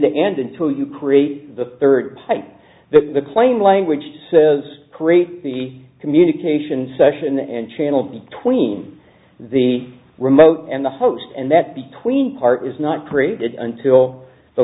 there and into you create the third the plain language says create the communication session and channel between the remote and the host and that between part is not created until the